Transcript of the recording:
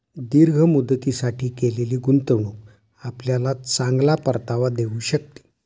दीर्घ मुदतीसाठी केलेली गुंतवणूक आपल्याला चांगला परतावा देऊ शकते